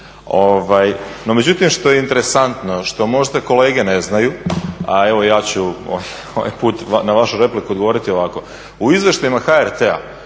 međutim što je interesantno, što možda kolege ne znaju a evo ja ću ovaj put na vašu repliku odgovoriti ovako, u izvještajima HRT-a